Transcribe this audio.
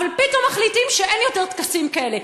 אבל פתאום מחליטים שאין יותר טקסים כאלה.